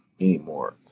anymore